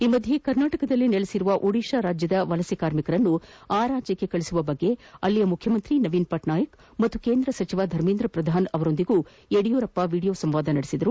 ಈ ಮಧ್ಯೆ ಕರ್ನಾಟಕದಲ್ಲಿ ನೆಲೆಸಿರುವ ಒಡಿತಾ ರಾಜ್ಯದ ವಲಸೆ ಕಾರ್ಮಿಕರನ್ನು ಆ ರಾಜ್ಯಕ್ಷೆ ಕಳುಹಿಸುವ ಕುರಿತು ಅಲ್ಲಿಯ ಮುಖ್ಯಮಂತ್ರಿ ನವೀನ್ ಪಟ್ನಾಯಕ್ ಹಾಗೂ ಕೇಂದ್ರ ಸಚಿವ ಧಮೇಂದ್ರ ಶ್ರಧಾನ್ ಅವರೊಂದಿಗೂ ಯಡಿಯೂರಪ್ಪ ವಿಡಿಯೋ ಸಂವಾದ ನಡೆಸಿದರು